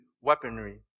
weaponry